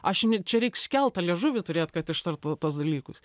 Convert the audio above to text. aš ni čia reik skeltą liežuvį turėt kad ištart va tuos dalykus